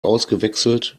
ausgewechselt